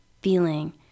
feeling